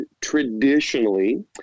traditionally